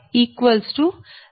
70